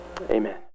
Amen